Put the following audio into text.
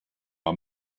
are